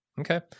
Okay